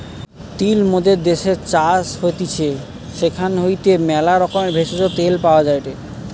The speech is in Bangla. তিল মোদের দ্যাশের চাষ হতিছে সেখান হইতে ম্যালা রকমের ভেষজ, তেল পাওয়া যায়টে